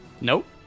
Nope